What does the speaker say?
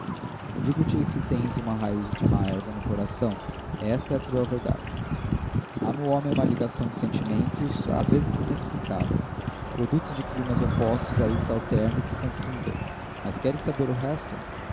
ele digo-te que tens uma raiz de má erva no coração esta é a cruel verdade há no homem uma ligação de sentimentos às vezes inexplicável produtos de climas opostos aí se alternam ou se confundem mas queres saber o resto